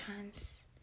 chance